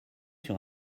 sur